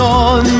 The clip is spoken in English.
on